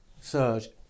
surge